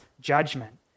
judgment